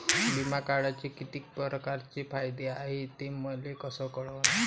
बिमा काढाचे कितीक परकारचे फायदे हाय मले कस कळन?